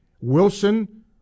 Wilson